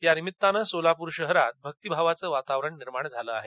या निमित्तानं सोलापूर शहरात भक्तीभावाचं वातावरण निर्माण झाले आहे